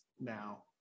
now